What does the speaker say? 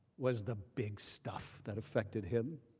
was the big stuff that affected him?